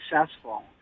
successful